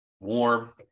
Warm